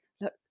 look